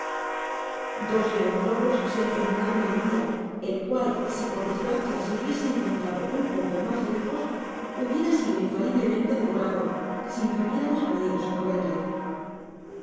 dos de los lobos se encaminaroa al guia el cual si por desgracia se hubiese encontrado un poco mas lejos hubiera sido infaliblemente devorado sin que hubiéramos podido socorrerle